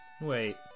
wait